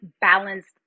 balanced